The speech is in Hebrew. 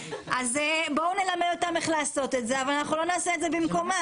אז בואו נלמד אותם איך לעשות את זה אבל אנחנו לא נעשה את זה במקומם.